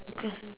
okay